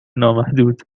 نامحدود